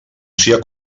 sia